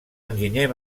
enginyer